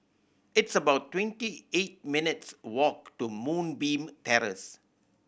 it's about twenty eight minutes' walk to Moonbeam Terrace